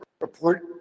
report